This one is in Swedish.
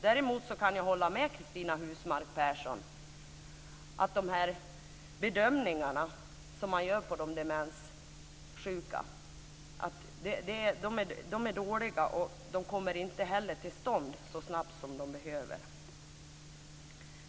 Däremot kan jag hålla med Cristina Husmark Pehrsson om att de bedömningar som görs avseende de demenssjuka är dåliga. De kommer inte heller till stånd så snabbt som behövs.